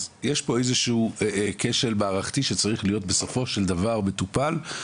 אז יש פה איזשהו כשל מערכתי שצריך להיות בסופו של דבר מטופל.